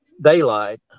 daylight